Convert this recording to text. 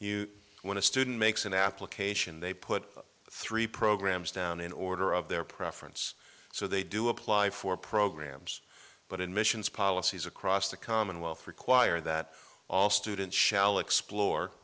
you when a student makes an application they put three programs down in order of their preference so they do apply for programs but admissions policies across the commonwealth require that all students shall explore